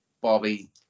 Bobby